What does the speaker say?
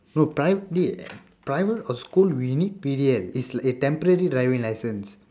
no private dey private or school we need P_D_L it's like a temporary driving license